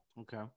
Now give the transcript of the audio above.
Okay